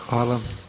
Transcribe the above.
Hvala.